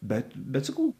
bet bet sakau